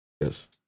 Yes